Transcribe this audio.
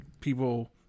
people